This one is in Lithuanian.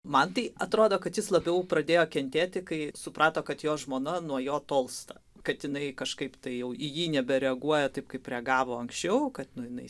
man tai atrodo kad jis labiau pradėjo kentėti kai suprato kad jo žmona nuo jo tolsta kad jinai kažkaip tai jau į jį nebereaguoja taip kaip reagavo anksčiau kad nu jinai